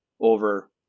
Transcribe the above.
over